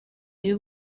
iyo